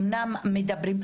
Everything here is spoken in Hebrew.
אמנם מדברים,